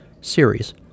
series